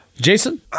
Jason